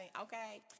okay